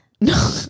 no